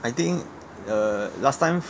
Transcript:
I think err last time